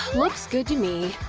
looks good to me.